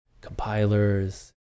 compilers